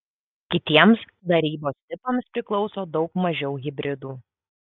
kitiems darybos tipams priklauso daug mažiau hibridų